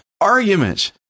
arguments